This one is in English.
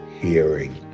hearing